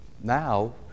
now